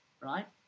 right